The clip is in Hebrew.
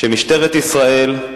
שמשטרת ישראל,